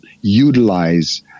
utilize